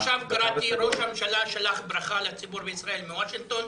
עכשיו קראתי שראש הממשלה שלח ברכה לציבור בישראל מוושינגטון,